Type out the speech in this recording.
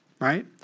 Right